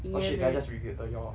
oh shit did I just revealed to you'll